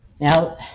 Now